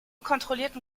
kontrollierten